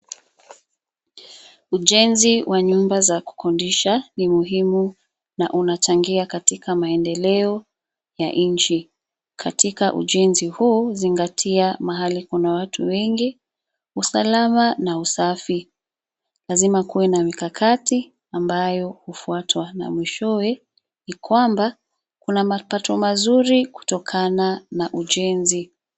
Ujenzi wa nyumba za kukodesha ni muhimu na unachangia katika maendeleo ya nchi. Katika ujenzi huu zingatia mahali kuna watu wengi, usalama na usafi. Lazima kuwe na mikakati ambayo hufuatwa na mwishowe ni kwamba kuna mapato mazuri kutokana na ujenzi.